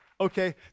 Okay